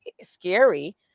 scary